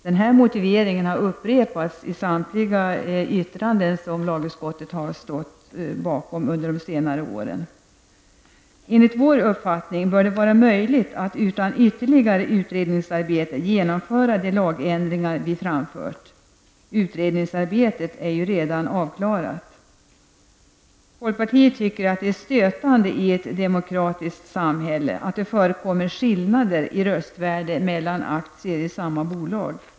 Denna motivering har upprepats i samtliga yttranden som lagutskottet har stått bakom under de senaste åren. Enligt vår uppfattning bör det vara möjligt att utan ytterligare utredningsarbete genomföra de lagändringar vi föreslagit. Utredningsarbetet är redan avklarat. Folkpartiet anser att det är stötande att det i ett demokratiskt samhälle förekommer skillnader i röstvärde mellan aktier i samma bolag.